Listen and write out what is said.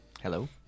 Hello